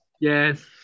Yes